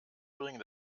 bringe